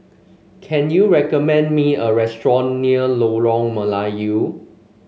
can you recommend me a restaurant near Lorong Melayu